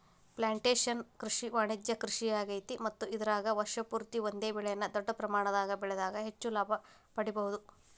plantation ಕೃಷಿ ವಾಣಿಜ್ಯ ಕೃಷಿಯಾಗೇತಿ ಮತ್ತ ಇದರಾಗ ವರ್ಷ ಪೂರ್ತಿ ಒಂದೇ ಬೆಳೆನ ದೊಡ್ಡ ಪ್ರಮಾಣದಾಗ ಬೆಳದಾಗ ಹೆಚ್ಚ ಲಾಭ ಪಡಿಬಹುದ